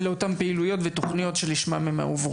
ולאותן פעילויות ולתוכניות שלשמן הם הועברו.